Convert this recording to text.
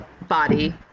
body